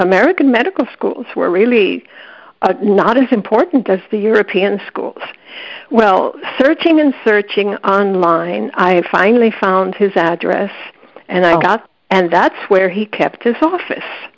american medical schools were really not as important as the european schools well searching and searching online i finally found his address and i got and that's where he kept his office